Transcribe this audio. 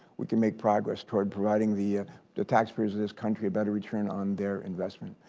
we can make progress toward providing the the taxpayers of this country a better return on their investment.